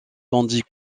tandis